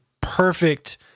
perfect